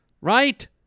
Right